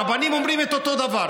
הרבנים אומרים אותו דבר.